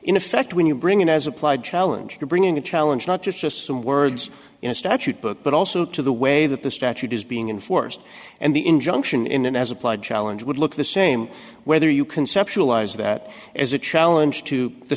in effect when you bring in as applied challenge you're bringing a challenge not just just some words in a statute book but also to the way that the statute is being enforced and the injunction in an as applied challenge would look the same whether you conceptualize that as a challenge to the